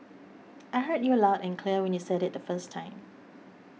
I heard you loud and clear when you said it the first time